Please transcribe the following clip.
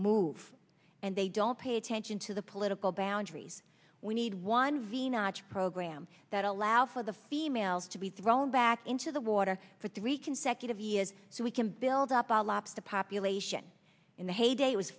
move and they don't pay attention to the political boundaries we need one venus program that allows for the females to be thrown back into the water for three consecutive years so we can build up our laps the population in the heyday was